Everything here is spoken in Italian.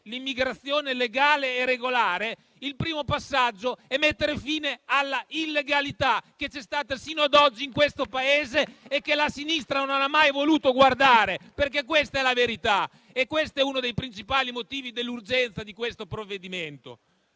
quella legale e regolare, il primo passaggio è mettere fine all'illegalità che c'è stata sino a oggi in questo Paese e che la sinistra non ha mai voluto guardare. Questa è la verità e questo è uno dei principali motivi dell'urgenza di questo provvedimento.